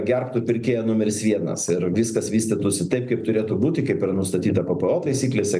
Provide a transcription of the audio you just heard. gerbtų pirkėją numeris vienas ir viskas vystytųsi taip kaip turėtų būti kaip yra nustatyta p p o taisyklėse